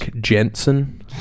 Jensen